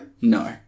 No